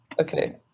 okay